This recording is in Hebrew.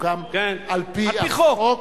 שהוקם על-פי החוק,